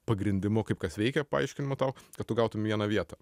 pagrindimu kaip kas veikia paaiškinimo to kad tu gautum vieną vietą